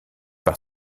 par